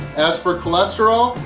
as for cholesterol,